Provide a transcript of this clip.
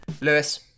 Lewis